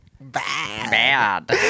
bad